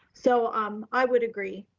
so um i would agree.